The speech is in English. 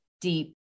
deep